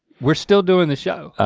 we're still doing the show.